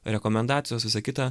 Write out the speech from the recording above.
rekomendacijos visa kita